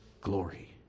glory